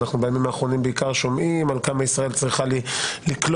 בימים האחרונים אנחנו בעיקר שומעים על כמה ישראל צריכה לקלוט